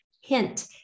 Hint